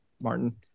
Martin